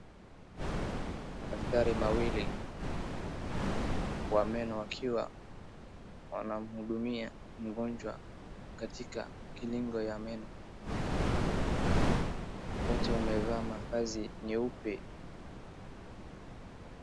Madaktari mawili wa meno wakiwa wanamhudumia mgonjwa katika kilingo ya meno. Wote wamevaa mavazi nyeupe.